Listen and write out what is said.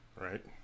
right